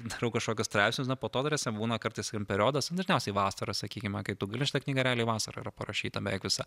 darau kažkokius straipsnius na po to tarsi būna kartais sakykim periodas dažniausiai vasarą sakykime kai tu gali šita knyga realiai vasarą yra parašyta beveik visa